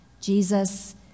Jesus